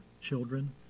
children